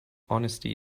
honesty